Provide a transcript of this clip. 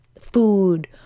food